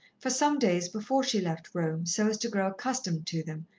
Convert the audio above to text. for some days before she left rome, so as to grow accustomed to them,